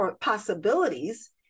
possibilities